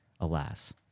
alas